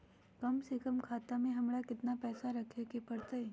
कम से कम खाता में हमरा कितना पैसा रखे के परतई?